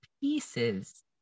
pieces